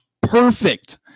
perfect